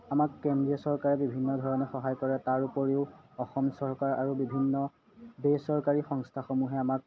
আমাক কেন্দ্ৰীয় চৰকাৰে বিভিন্ন ধৰণে সহায় কৰে তাৰ উপৰিও অসম চৰকাৰ আৰু বিভিন্ন বেচৰকাৰী সংস্থাসমূহে আমাক